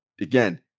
Again